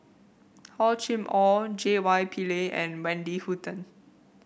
Hor Chim Or J Y Pillay and Wendy Hutton